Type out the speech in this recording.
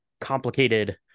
complicated